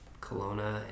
Kelowna